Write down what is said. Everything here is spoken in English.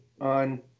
on